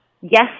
Yes